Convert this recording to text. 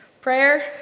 Prayer